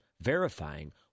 verifying